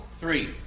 three